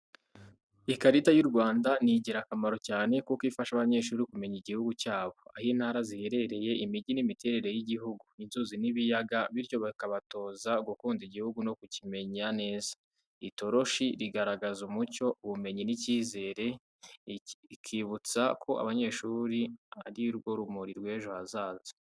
Ikarita y’u Rwanda ni ingirakamaro cyane kuko ifasha abanyeshuri kumenya igihugu cyabo, aho intara ziherereye, imijyi n’imiterere y’igihugu, inzuzi n'ibiyaga bityo bikabatoza gukunda igihugu no kukimenya neza. Itoroshi rigaragaza umucyo, ubumenyi n’icyizere, ikibutsa ko abanyeshuri ko ari rwo rumuri rw'ejo hazaza.